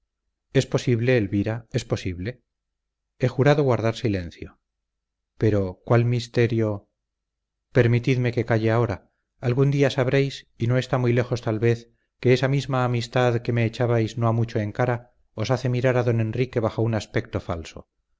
es posible elvira es posible he jurado guardar silencio pero cuál misterio permitidme que calle ahora algún día sabréis y no está muy lejos tal vez que esa misma amistad que me echabais no ha mucho en cara os hace mirar a don enrique bajo un aspecto falso